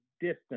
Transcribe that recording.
distance